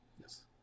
Yes